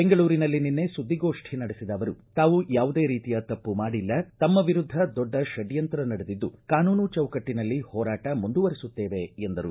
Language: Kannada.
ಬೆಂಗಳೂರಿನಲ್ಲಿ ನಿನ್ನೆ ಸುದ್ದಿಗೋಷ್ಠಿ ನಡೆಸಿದ ಅವರು ತಾವು ಯಾವುದೇ ರೀತಿಯ ತಪ್ಪು ಮಾಡಿಲ್ಲ ತಮ್ಮ ವಿರುದ್ಧ ದೊಡ್ಡ ಷಡ್ಕಂತ್ರ ನಡೆದಿದ್ದು ಕಾನೂನು ಚೌಕಟ್ಷಿನಲ್ಲಿ ಹೋರಾಟ ಮುಂದುವರಿಸುತ್ತೇವೆ ಎಂದರು